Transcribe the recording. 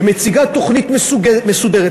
ומציגה תוכנית מסודרת,